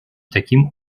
таким